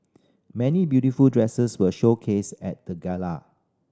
many beautiful dresses were showcased at the gala